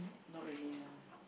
not really ah